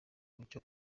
mucyo